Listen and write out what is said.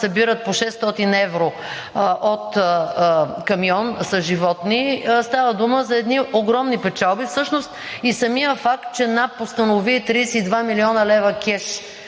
събират по 600 евро от камион с животни. Става дума за едни огромни печалби. Всъщност и самият факт, че НАП установи 32 млн. лв. кеш